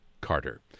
Carter